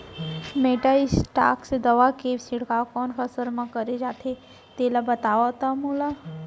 Metasystox दवा के छिड़काव कोन फसल म करे जाथे तेला बताओ त मोला?